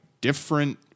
different